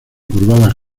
curvadas